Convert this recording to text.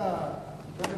חברי